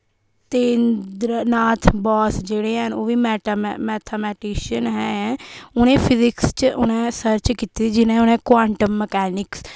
सतेंद्र नाथ बोस जेह्ड़े हैन ओह् बी मैटा मैथामटिशियन है उ'नें फजिकस च उ'नें सर्च कीती दी जि'नें उ'नें कोआंट्म मकैनिक